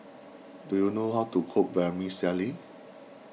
do you know how to cook Vermicelli